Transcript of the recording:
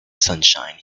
sunshine